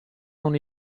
non